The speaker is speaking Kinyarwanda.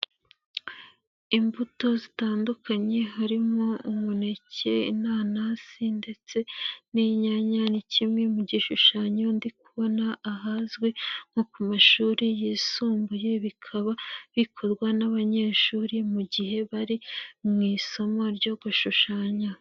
Imbuto zitandukanye harimo umuneke, inanasi ndetse n'inyanya, ni kimwe mu gishushanyo ndi kubona ahazwi nko ku mashuri yisumbuye, bikaba bikorwa n'abanyeshuri mu gihe bari mu isomo ryo gushushanya.